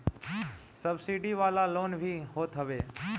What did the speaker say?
subsidy वाला loan भी होत हवे